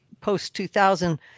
post-2000